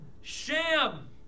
sham